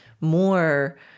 more